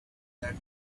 that